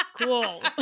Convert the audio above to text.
cool